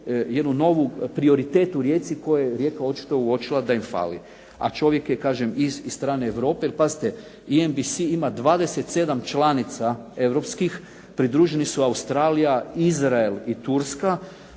jedan novi prioritet u Rijeci koji je Rijeka očito uočila da im fali, a čovjek je, kažem iz strane Europe. Jer pazite, EMBC ima 27 članica europskih, pridruženi su Australija, Izrael i Turska